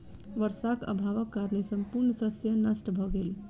वर्षाक अभावक कारणेँ संपूर्ण शस्य नष्ट भ गेल